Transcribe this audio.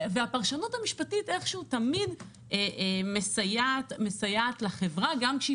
והפרשנות המשפטית איכשהו תמיד מסייעת לחברה גם כשהיא